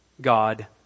God